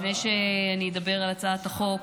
לפני שאני אדבר על הצעת החוק